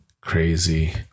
crazy